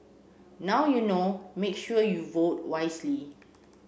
now you know make sure you vote wisely